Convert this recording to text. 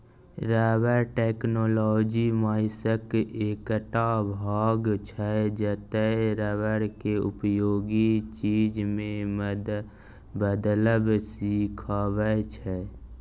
rubber technology साइंसक एकटा भाग छै जतय रबर केँ उपयोगी चीज मे बदलब सीखाबै छै